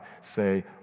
say